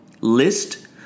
list